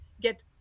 get